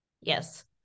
yes